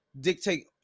dictate